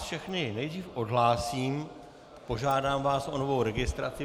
Všechny vás nejdřív odhlásím a požádám vás o novou registraci.